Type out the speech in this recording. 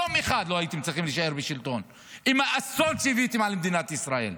יום אחד לא הייתם צריכים להישאר בשלטון עם האסון שהבאתם על מדינת ישראל,